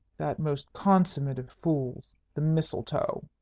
that most consummate of fools, the mistletoe,